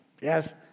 Yes